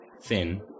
thin